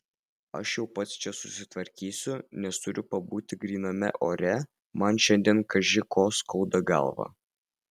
aš jau pats čia susitvarkysiu nes turiu pabūti gryname ore man šiandien kaži ko skauda galvą